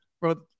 bro